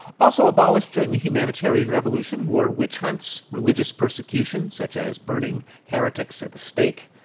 also abolished during the humanitarian revolution were witch hunts, religious persecution, such as burning heretics at the stake.